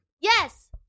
Yes